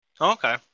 Okay